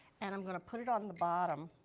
and i'm going to put it on the bottom.